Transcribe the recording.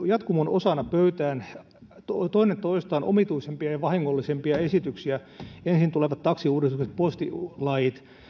jatkumon osana toinen toistaan omituisempia ja vahingollisempia esityksiä ensin tulevat taksiuudistukset postilait